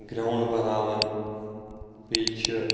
ground بَناوان بیٚیہ چھِ